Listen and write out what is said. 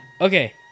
Okay